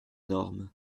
normes